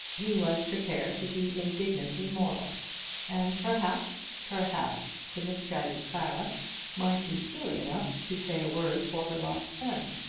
he was prepared to be indignantly moral and perhaps perhaps the misguided clara might be silly enough to say a word for her lost friend!